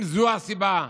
אם זו הסיבה,